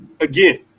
again